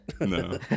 No